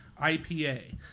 IPA